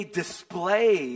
display